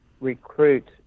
recruit